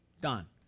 done